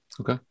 Okay